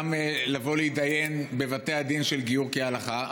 לבוא להתדיין גם בבתי הדין של גיור כהלכה,